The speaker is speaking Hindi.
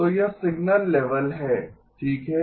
तो यह सिग्नल लेवल है ठीक है